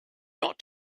not